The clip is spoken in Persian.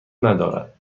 ندارد